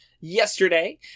yesterday